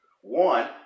one